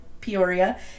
Peoria